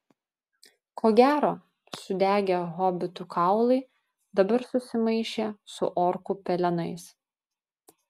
ko gero sudegę hobitų kaulai dabar susimaišė su orkų pelenais